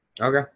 okay